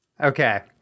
okay